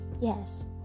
yes